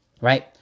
Right